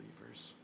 believers